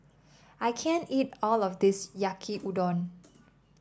I can't eat all of this Yaki Udon